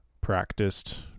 practiced